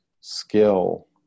skill